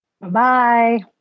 Bye-bye